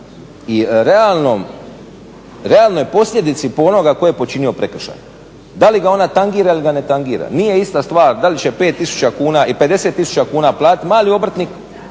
i realnoj posljedici po onoga tko je počinio prekršaj, da li ga ona tangira ili ne ga ne tangira. Nije ista stvar da li će 5 tisuća kuna i 50 tisuća kuna platiti mali obrtnik